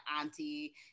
auntie